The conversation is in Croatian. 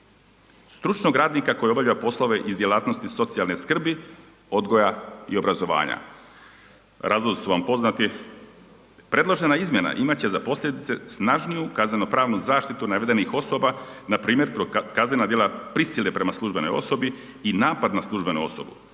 stručnog radnika koji obavlja poslove iz djelatnosti socijalne skrbi, odgoja i obrazovanja. Razlozi su vam poznati. Predložena izmjena imat će za posljedice snažniju kaznenopravnu zaštitu navedenih osoba npr. kaznena djela prisile prema službenoj osobi i napad na službenu osobu,